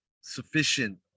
sufficient